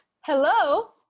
hello